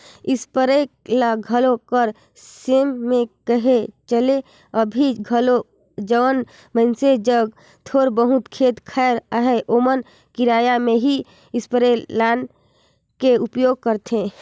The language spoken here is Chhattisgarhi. इस्पेयर ल आघु कर समे में कह चहे अभीं घलो जउन मइनसे जग थोर बहुत खेत खाएर अहे ओमन किराया में ही इस्परे लाएन के उपयोग करथे